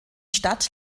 stadt